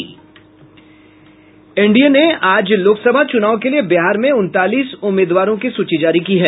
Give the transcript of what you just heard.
NDA ने आज लोकसभा चुनाव के लिए बिहार में उन्तालीस उम्मीदवारों की सूची जारी की है